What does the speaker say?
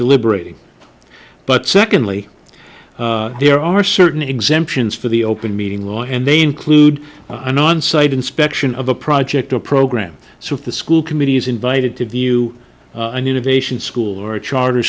deliberating but secondly there are certain exemptions for the open meeting law and they include an on site inspection of a project or program so if the school committee is invited to view an innovation school or a charter